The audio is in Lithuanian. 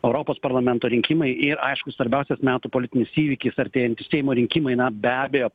europos parlamento rinkimai ir aišku svarbiausias metų politinis įvykis artėjantys seimo rinkimai na be abejo